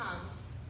comes